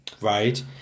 right